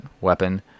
weapon